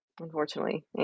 unfortunately